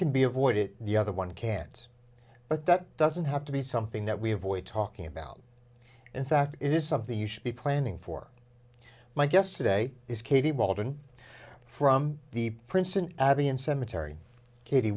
can be avoided the other one cat but that doesn't have to be something that we avoid talking about in fact it is something you should be planning for my guest today is katie baldwin from the prince an abbey and cemetery kat